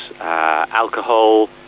Alcohol